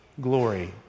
glory